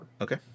Okay